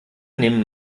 nehmen